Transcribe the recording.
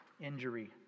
injury